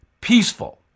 peaceful